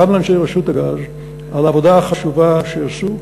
גם לאנשי רשות הגז, על העבודה החשובה שעשו.